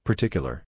Particular